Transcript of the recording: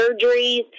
surgeries